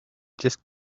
just